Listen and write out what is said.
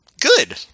good